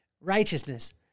righteousness